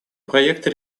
проекта